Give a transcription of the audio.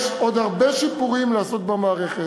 יש עוד הרבה שיפורים לעשות במערכת.